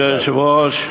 אדוני היושב-ראש,